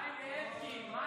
מים לאלקין.